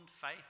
faith